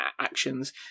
actions